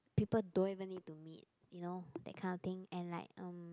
people don't even need to meet you know that kind of thing and like